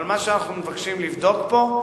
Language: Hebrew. אבל מה שאנחנו מבקשים לבדוק פה,